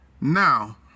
Now